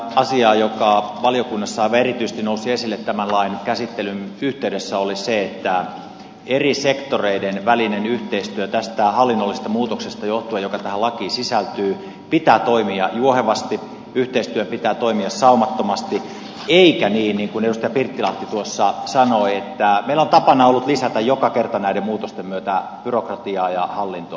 asia joka valiokunnassa aivan erityisesti nousi esille tämän lain käsittelyn yhteydessä oli se että eri sektoreiden välisen yhteistyön tästä hallinnollisesta muutoksesta johtuen joka tähän lakiin sisältyy pitää toimia juohevasti yhteistyön pitää toimia saumattomasti eikä niin niin kuin edustaja pirttilahti tuossa sanoi että meillä on ollut tapana lisätä joka kerta näiden muutosten myötä byrokratiaa ja hallintoa